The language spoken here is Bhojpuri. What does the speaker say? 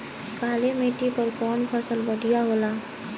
काली माटी पर कउन फसल बढ़िया होला?